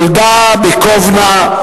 נולדה בקובנה,